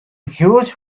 huge